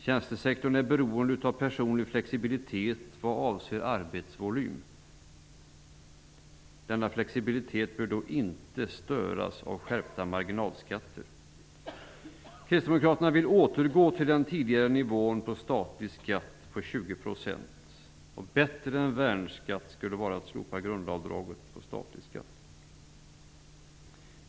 Tjänstesektorn är beroende av personlig flexibilitet vad avser arbetsvolym. Denna flexibilitet bör då inte störas av skärpta marginalskatter. Kristdemokraterna vill återgå till den tidigare nivån på statlig skatt på 20 %. Bättre än värnskatten skulle vara att slopa grundavdraget vid statlig skatt.